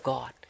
God